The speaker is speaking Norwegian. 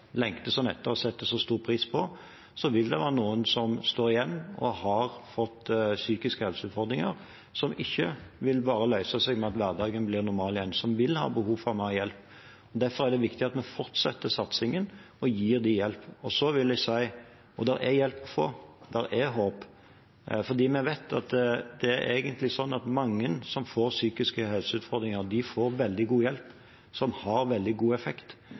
sånn etter og setter så stor pris på, vil det være noen som står igjen og har fått psykiske helseutfordringer som ikke vil løse seg bare ved at hverdagen blir normal igjen, og som vil ha behov for mer hjelp. Derfor er det viktig at vi fortsetter satsingen og gir dem hjelp. Så vil jeg si at det er hjelp å få, det er håp, fordi vi vet at mange som får psykiske helseutfordringer, får veldig god hjelp som har veldig god effekt.